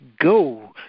go